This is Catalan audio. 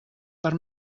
per